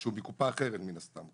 שהוא מקופה אחרת מן הסתם,